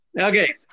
Okay